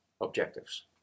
objectives